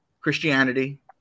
Christianity